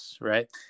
right